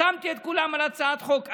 החתמתי את כולם על הצעת חוק.